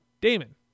Damon